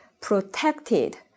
protected